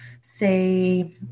say